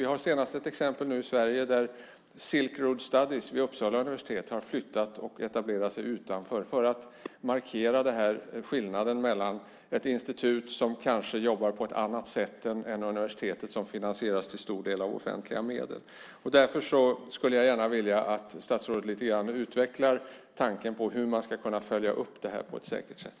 Vi har senast ett exempel från Sverige, där Silk Road Studies vid Uppsala universitet har flyttat och etablerat sig utanför för att markera skillnaden i förhållande till ett institut som kanske jobbar på ett annat sätt än universitetet, som finansieras till stor del av offentliga medel. Därför skulle jag gärna vilja att statsrådet lite grann utvecklar tanken på hur man ska kunna följa upp det här på ett säkert sätt.